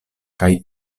kaj